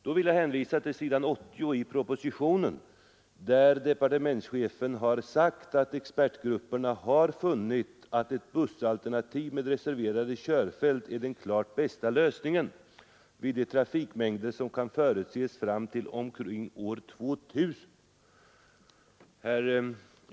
Då vill jag shänvisa till s. 80 i propositionen, där departementschefen har sagt att expertgrupperna har funnit att ett bussalternativ med reserverade körfält är den klart bästa lösningen vid de trafikmängder som kan förutses fram till omkring år 2 000.